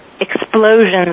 explosions